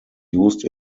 used